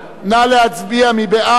נא להצביע, מי בעד?